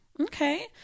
Okay